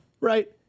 right